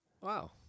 Wow